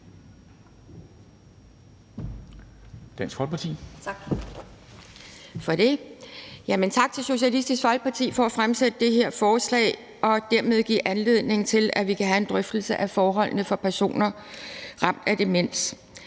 Tak til Socialistisk Folkeparti for at fremsætte det her forslag og dermed give anledning til, at vi kan have en drøftelse af forholdene for personer ramt af demens.